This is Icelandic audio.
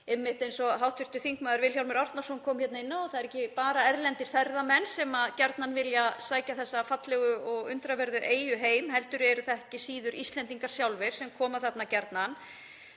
staður. Eins og hv. þm. Vilhjálmur Árnason kom hérna inn á þá eru það ekki bara erlendir ferðamenn sem gjarnan vilja sækja þessa fallegu og undraverðu eyju heim heldur eru það ekki síður Íslendingar sjálfir sem koma þarna gjarnan.